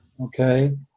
Okay